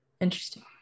Interesting